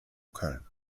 köln